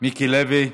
מיקי לוי,